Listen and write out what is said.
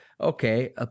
Okay